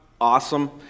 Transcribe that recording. awesome